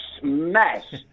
Smash